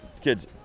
kids